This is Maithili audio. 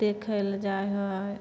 देखैलए जाइ है